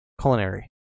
Culinary